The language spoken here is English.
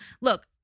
Look